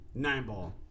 Nineball